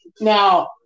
Now